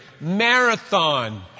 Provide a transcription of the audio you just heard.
marathon